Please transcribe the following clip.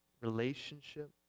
relationship